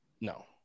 no